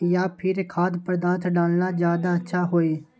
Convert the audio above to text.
या फिर खाद्य पदार्थ डालना ज्यादा अच्छा होई?